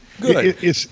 Good